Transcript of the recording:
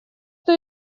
что